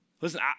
Listen